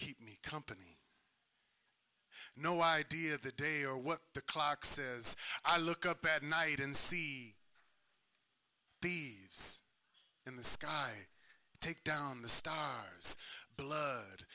keep me company no idea of the day or what the clock says i look up at night and see teves in the sky take down the stars blood